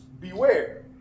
Beware